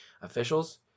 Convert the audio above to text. Officials